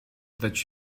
that